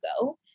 go